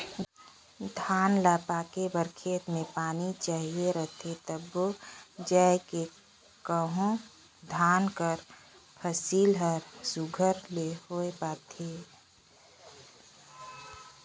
धान ल पाके बर खेत में पानी चाहिए रहथे तब जाएके कहों धान कर फसिल हर सुग्घर ले होए पाथे